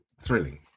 thrilling